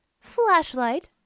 flashlight